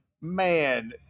man